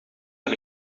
kan